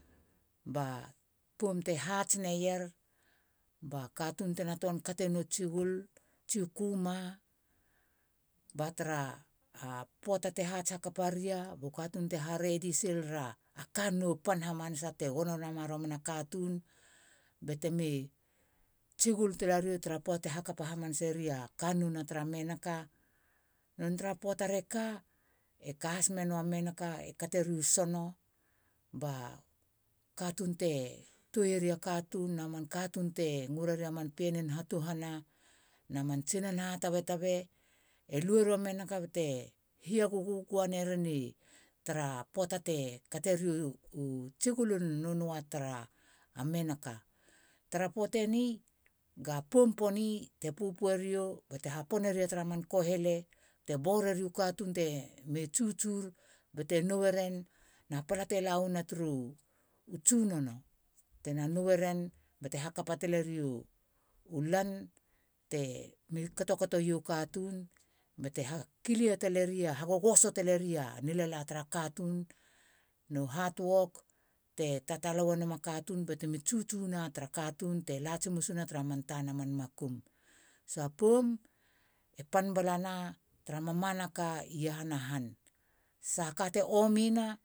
Ba poum te hats naier. ba katun tena tuan kate no tsigul. tsi kuma ba tara poata te hats hakapa ria bo katun tena redi silra tsi kannou pan hamanasa te gono nama romana. katun ba temi tsigul talario tara poata te hakapa hamanaseriu kannou na tra menaka none tra poata reka. e ka has mena menaka kateriu sono ba katun te tue ri katun na man katun te ngureri a man pien hatuhana na man tsinan ha tabe tabe. E lue rua menaka bate hiha gugua naren ii tara poata te kate riu. tsigulin nu nua tara a menaka. tara poata niga. poum poni. e pupu erio. e haponeria tra man kohele te bo rari u katun temi tsutsur bate nou eren na pala te lawana turu. tsunono tena nou eren bate hakapa tale riu lan temi kotokoto wi u katun. bate hakilia taleria. hagogoso taleria nilala tara katun nu hatwok te tatal wanema katun batemi tsutsuna tara katun te la tsimusina tara man tana man makum. Hesitation. poum e pan balana tra mamana ka i iahana han. sahaka ka te omina.